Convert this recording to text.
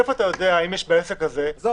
מאיפה אתה יודע אם יש בעסק הזה חמישה